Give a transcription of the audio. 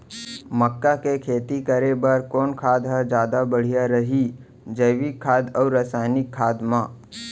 मक्का के खेती बर कोन खाद ह जादा बढ़िया रही, जैविक खाद अऊ रसायनिक खाद मा?